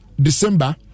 December